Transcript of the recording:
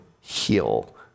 heal